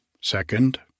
Second